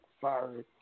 Sorry